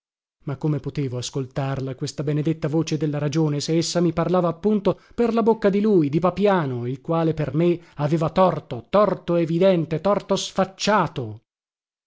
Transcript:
ma come potevo ascoltarla questa benedetta voce della ragione se essa mi parlava appunto per la bocca di lui di papiano il quale per me aveva torto torto evidente torto sfacciato